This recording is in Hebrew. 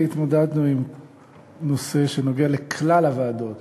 התמודדנו עם נושא שנוגע בכלל הוועדות,